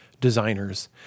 designers